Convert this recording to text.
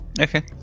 Okay